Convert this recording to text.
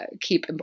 keep